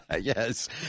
Yes